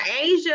Asia